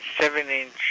seven-inch